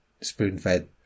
spoon-fed